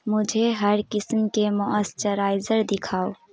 مجھے ہر قسم کے موئسچرائزر دکھاؤ